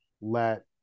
let